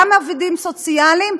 גם עובדים סוציאליים,